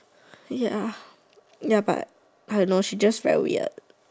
ya ya but I don't know she's just very weird